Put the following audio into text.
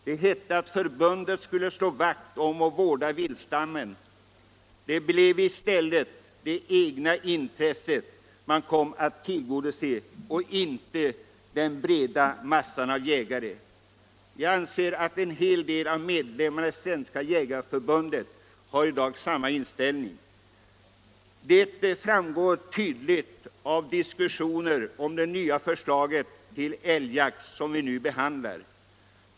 Det hette att förbundet skulle slå vakt om och vårda viltstammen, men det blev i stället det egna intresset man kom att tillgodose och inte intressena hos den breda massan av jägare. Jag anser att en hel del av medlemmarna i Svenska jägareförbundet i dag har samma inställning. Detta framgår tydligt av diskussionerna om det nya förslag till älgjakt som vi nu behandlar.